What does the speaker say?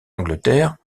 angleterre